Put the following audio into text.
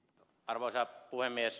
arvoisa puhemies